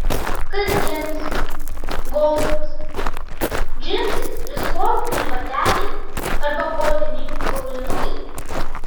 kasdienis golfas džinsai ir sportiniai bateliai arba odiniai aulinukai